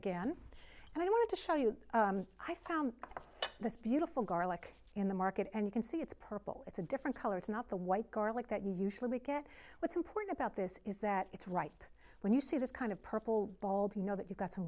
again and i want to show you i found this beautiful garlic in the market and you can see it's purple it's a different color it's not the white garlic that you usually get what's important about this is that it's right when you see this kind of purple bald you know that you've got